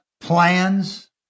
plans